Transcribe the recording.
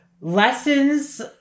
lessons